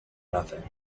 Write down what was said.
nothing